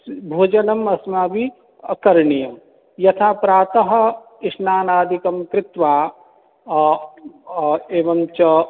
भोजनम् अस्माभिः करणीयं यथा प्रातः स्नानादिकं कृत्वा एवं च